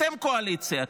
אתם קואליציה,